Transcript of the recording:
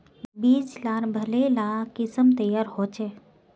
बीज लार भले ला किसम तैयार होछे